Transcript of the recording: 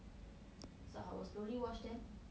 so I will slowly watch them